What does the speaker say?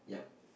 yup